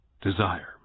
desire